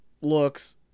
looks